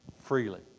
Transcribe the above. Freely